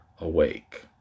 awake